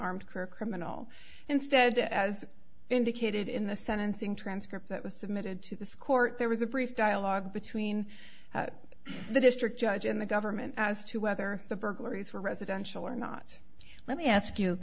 unarmed career criminal instead as indicated in the sentencing transcript that was submitted to this court there was a brief dialogue between the district judge and the government as to whether the burglaries were residential or not let me ask you